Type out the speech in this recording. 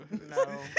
No